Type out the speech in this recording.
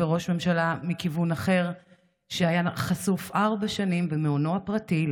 וראש ממשלה מכיוון אחר היה חשוף ארבע שנים במעונו הפרטי,